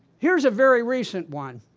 here's a very recent one.